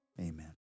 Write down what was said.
amen